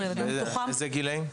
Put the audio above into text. באיזה גילאים?